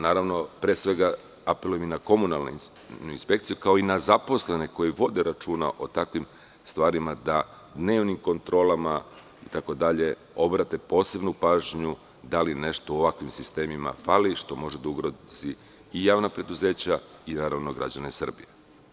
Naravno, pre svega apelujem i na komunalnu inspekciju i na zaposlene koji vode računa o takvim stvarima, da dnevnim kontrolama itd, obrate posebnu pažnju da li nešto u ovakvim sistemima hvali što može da ugrozi i javna preduzeća i, naravno, građane Srbije.